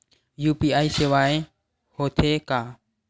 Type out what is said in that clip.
UPI सेवाएं हो थे का?